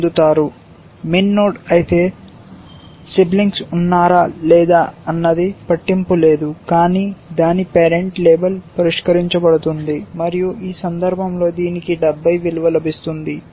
Min node అయితే siblings ఉన్నారా లేదా అన్నది పట్టింపు లేదు కానీ దాని పేరెంట్ పరిష్కరించబడుతుంది అని లేబుల్ చేయబడతుంది మరియు ఈ సందర్భంలో దీనికి 70 విలువ లభిస్తుంది